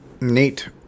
Neat